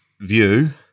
view